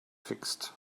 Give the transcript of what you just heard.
fixed